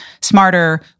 smarter